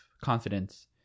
confidence